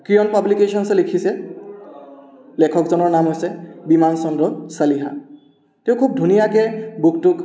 কিৰণ পাব্লিকেশ্যনছে লিখিছে লেখকজনৰ নাম হৈছে বিমান চন্দ্ৰ চলিহা তেওঁ খুব ধুনীয়াকৈ বুকটোক